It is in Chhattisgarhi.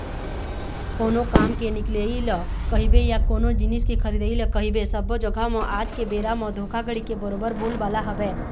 कोनो काम के निकलई ल कहिबे या कोनो जिनिस के खरीदई ल कहिबे सब्बो जघा म आज के बेरा म धोखाघड़ी के बरोबर बोलबाला हवय